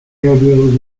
gabriel